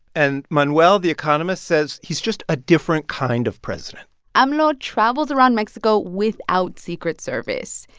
and manuel, the economist, says he's just a different kind of president amlo travels around mexico without secret service.